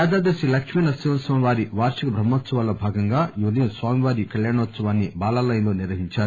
యాదాద్రి శ్రీ లక్ష్మీ నరసింహస్వామివారి వార్షిక బ్రహ్మోత్సవాలలో భాగంగా ఈ ఉదయం స్వామి వారి కల్యాణోత్సవాన్ని బాలాలయంలో నిర్వహించారు